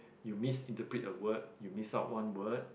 you misinterpret a word you miss out one word